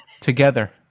together